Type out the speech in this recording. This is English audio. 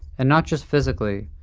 and not just physically,